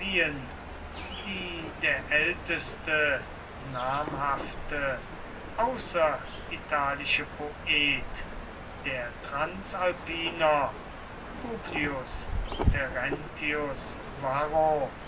die der älteste namhafte außeritalische poet der transalpiner publius terentius varro